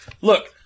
Look